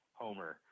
homer